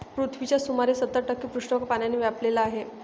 पृथ्वीचा सुमारे सत्तर टक्के पृष्ठभाग पाण्याने व्यापलेला आहे